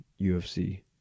UFC